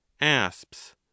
asps